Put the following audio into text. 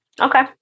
Okay